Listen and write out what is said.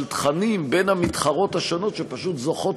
של תכנים בין המתחרות השונות שפשוט זוכות